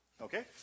Okay